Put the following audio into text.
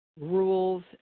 rules